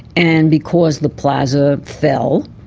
and because the plaza fell,